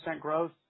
growth